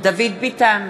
דוד ביטן,